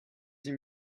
sie